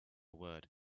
word